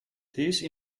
these